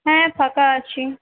হ্যাঁ ফাঁকা আছি